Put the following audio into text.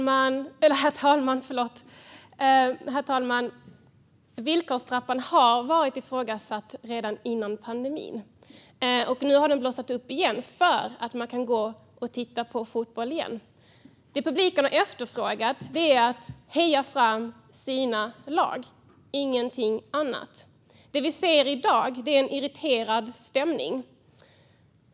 Herr talman! Villkorstrappan har varit ifrågasatt redan före pandemin, och nu har frågan blossat upp igen i och med att man återigen kan gå och titta på fotboll. Det publiken har efterfrågat är att kunna heja fram sina lag - ingenting annat. Det vi ser i dag är en irriterad stämning.